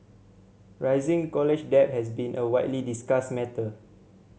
rising college debt has been a widely discussed matter